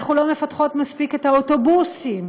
אנחנו לא מפתחות מספיק את האוטובוסים,